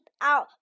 out